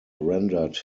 rendered